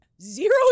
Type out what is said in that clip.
zero